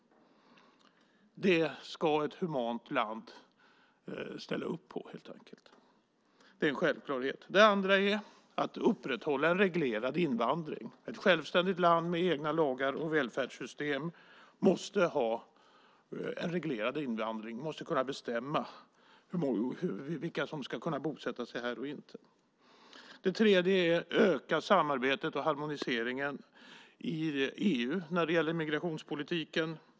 Det ska ett humant land ställa upp på helt enkelt. Det är en självklarhet. Det andra är att upprätthålla en reglerad invandring. Ett självständigt land med egna lagar och välfärdssystem måste ha en reglerad invandring och kunna bestämma vilka som ska bosätta sig här och inte. Det tredje är att öka samarbetet och harmoniseringen i EU när det gäller migrationspolitiken.